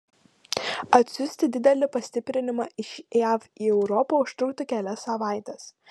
atsiųsti didelį pastiprinimą iš jav į europą užtruktų kelias savaites